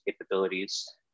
capabilities